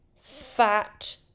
fat